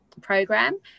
program